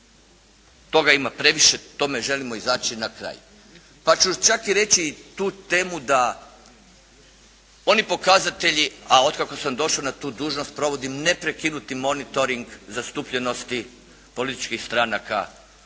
Toga ima previše, tome želimo izaći na kraj. Pa ću čak i reći tu temu da oni pokazatelji a otkako sam došao na tu dužnost provodim neprekinuti monitoring zastupljenosti političkih stranaka